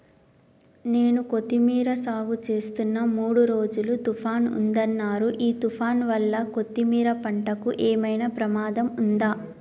నేను కొత్తిమీర సాగుచేస్తున్న మూడు రోజులు తుఫాన్ ఉందన్నరు ఈ తుఫాన్ వల్ల కొత్తిమీర పంటకు ఏమైనా ప్రమాదం ఉందా?